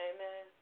Amen